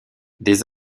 des